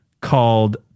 called